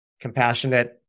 compassionate